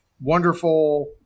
wonderful